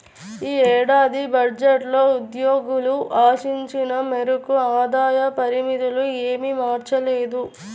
ఈ ఏడాది బడ్జెట్లో ఉద్యోగులు ఆశించిన మేరకు ఆదాయ పరిమితులు ఏమీ మార్చలేదు